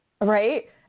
right